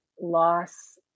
loss